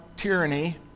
tyranny